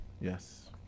Yes